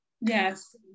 Yes